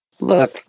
Look